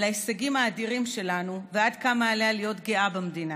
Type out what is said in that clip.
על ההישגים האדירים שלנו ועד כמה עליה להיות גאה במדינה.